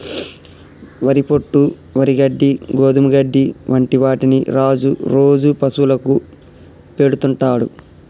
వరి పొట్టు, వరి గడ్డి, గోధుమ గడ్డి వంటి వాటిని రాజు రోజు పశువులకు పెడుతుంటాడు